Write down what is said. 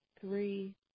three